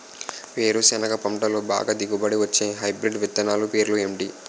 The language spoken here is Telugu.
వేరుసెనగ పంటలో బాగా దిగుబడి వచ్చే హైబ్రిడ్ విత్తనాలు పేర్లు ఏంటి?